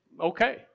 okay